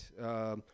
right